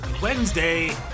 Wednesday